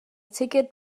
ticket